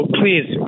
please